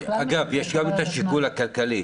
בכלל --- יש גם את השיקול הכלכלי.